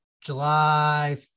July